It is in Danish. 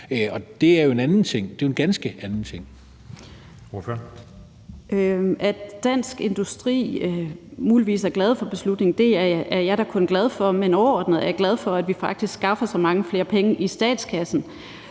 Karin Liltorp (M): At Dansk Industri muligvis er glade for beslutningen, er jeg da kun glad for. Men overordnet er jeg glad for, at vi faktisk skaffer så mange flere penge i statskassen,